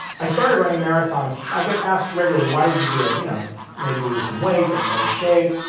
i started running marathons. i get asked regularly, why did you do it? you know maybe to lose some weight, get in better shape.